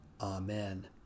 Amen